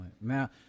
Now